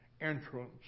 entrance